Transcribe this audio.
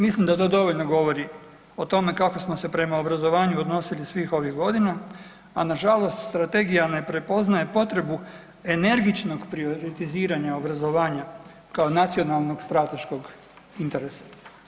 Mislim da to dovoljno govori o tome kako smo se prema obrazovanju odnosili svih ovih godina, a nažalost strategija ne prepoznaje potrebu energičnog prioritiziranja obrazovanja kao nacionalnog strateškog interesa.